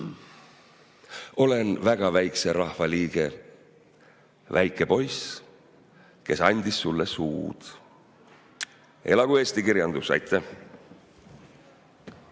Olen väga väikse rahva liige, / väike poiss, kes andis sulle suud." Elagu Eesti kirjandus! Aitäh!